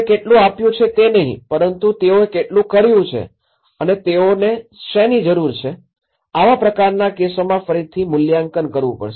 તમે કેટલું આપ્યું છે તે નહીં પરંતુ તેઓએ કેટલું કર્યું છે અને તેઓને શેની જરૂર છે આવા પ્રકારના કેસોમાં ફરીથી મૂલ્યાંકન કરવું પડશે